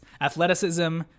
athleticism